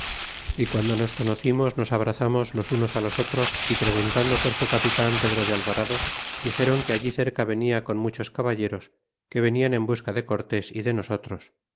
y piando nos conocimos nos abrazamos los unos á los otros y preguntando por su capitan pedro de alvarado dixéron que allí cerca venia con muchos caballeros que venian en busca de cortésy de nosotros